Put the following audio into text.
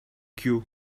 queue